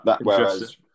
Whereas